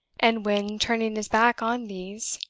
and when, turning his back on these,